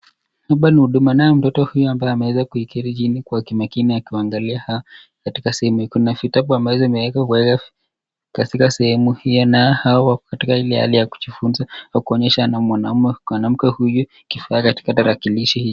Hapa ni huduma naye mtoto huyu ameweza kuketi chini kwa kimyakimya akiangalia hawa. Katika sehemu kuna vitabu ambavyo vimewekwa katika sehemu hii nao hawa wako katika ile hali ya kujifunza kwa kuonyeshwa na mwanaume, mwanamke huyu kifaa katika tarakilishi hii.